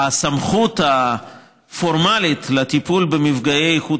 הסמכות הפורמלית לטיפול במפגעי איכות